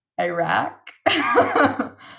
Iraq